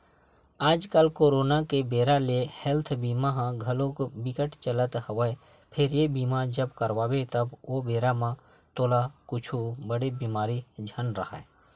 आजकल करोना के बेरा ले हेल्थ बीमा ह घलोक बिकट चलत हवय फेर ये बीमा जब करवाबे त ओ बेरा म तोला कुछु बड़े बेमारी झन राहय